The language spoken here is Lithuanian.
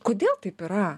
kodėl taip yra